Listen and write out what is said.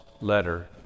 letter